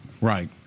right